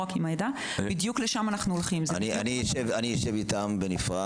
אני אשב איתם בנפרק